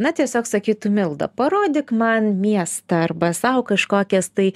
na tiesiog sakytų milda parodyk man miestą arba sau kažkokias tai